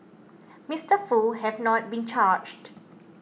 Mister Foo has not been charged